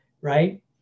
right